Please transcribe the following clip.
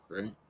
right